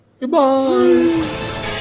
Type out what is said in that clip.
Goodbye